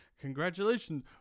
Congratulations